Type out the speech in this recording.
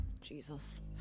Jesus